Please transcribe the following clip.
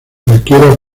cualquiera